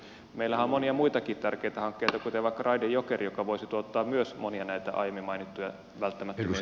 meillähän on monia muitakin tärkeitä hankkeita kuten vaikka raide jokeri joka voisi tuottaa myös monia näitä aiemmin mainittuja välttämättömiä